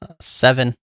seven